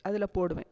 அதில் போடுவேன்